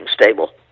stable